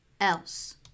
else